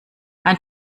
ein